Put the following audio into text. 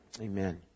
Amen